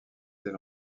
tel